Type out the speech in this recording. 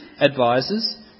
advisers